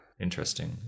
Interesting